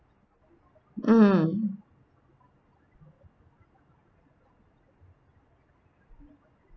mm